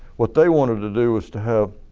what they wanted to do was to have